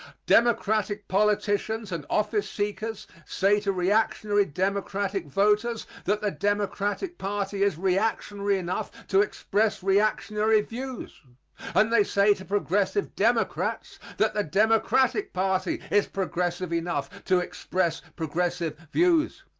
democratic politicians and office seekers say to reactionary democratic voters that the democratic party is reactionary enough to express reactionary views and they say to progressive democrats that the democratic party is progressive enough to express progressive views.